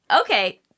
Okay